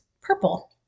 purple